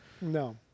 No